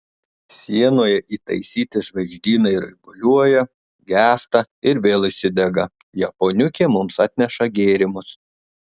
sienoje įtaisyti žvaigždynai raibuliuoja gęsta ir vėl įsidega japoniukė mums atneša gėrimus